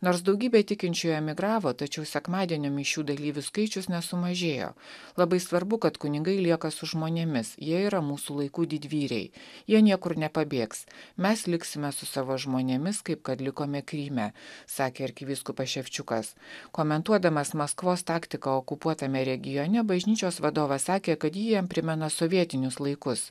nors daugybė tikinčiųjų emigravo tačiau sekmadienio mišių dalyvių skaičius nesumažėjo labai svarbu kad kunigai lieka su žmonėmis jie yra mūsų laikų didvyriai jie niekur nepabėgs mes liksime su savo žmonėmis kaip kad likome kryme sakė arkivyskupas ševčiukas komentuodamas maskvos taktiką okupuotame regione bažnyčios vadovas sakė kad ji jam primena sovietinius laikus